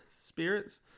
spirits